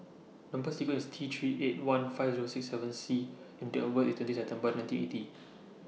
Number sequence IS T three eight one five Zero six seven C and Date of birth IS twenty September nineteen eighty